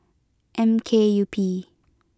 M K U P